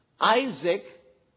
Isaac